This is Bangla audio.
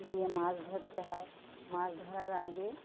দিয়ে মাছ ধরতে হয় মাছ ধরার আগে